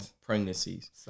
pregnancies